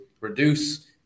reduce